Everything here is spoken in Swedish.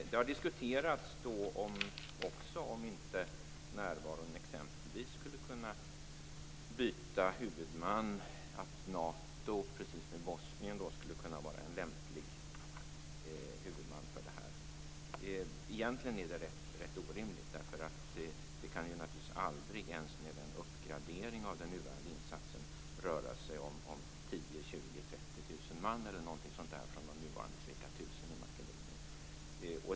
Det har också diskuterats om inte närvaron skulle kunna byta huvudman. Nato skulle, precis som i Bosnien, kunna vara en lämplig huvudman för detta. Egentligen är det rätt orimligt. Det kan naturligtvis aldrig ens med en uppgradering av den nuvarande insatsen röra sig om 10 000-30 000 man eller något sådant från de nuvarande ca 1 000 i Makedonien.